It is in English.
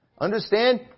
understand